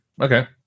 Okay